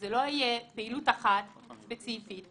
זאת לא תהיה פעילות אחת ספציפית,